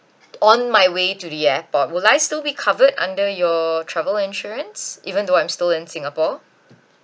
on my way to the airport would I still be covered under your travel insurance even though I'm still in singapore